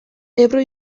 ebro